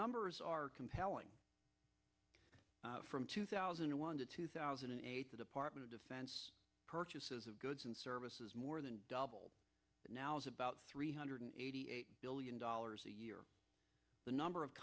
numbers are compelling from two thousand and one to two thousand and eight the department of defense purchases of goods and services more than double now is about three hundred eighty eight billion dollars a year the number of